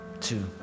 two